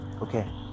Okay